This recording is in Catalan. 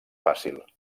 fàcil